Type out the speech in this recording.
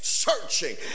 Searching